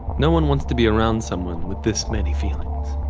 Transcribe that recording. no one wants to be around someone with this many feelings.